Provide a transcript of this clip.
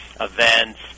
events